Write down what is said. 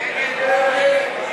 עבד אל חכים